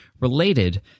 related